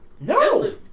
No